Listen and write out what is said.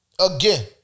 Again